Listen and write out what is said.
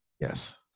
yes